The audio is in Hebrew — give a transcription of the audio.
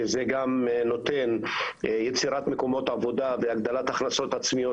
שזה גם נותן יצירת מקומות עבודה והגדלת הכנסות עצמיות